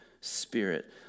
spirit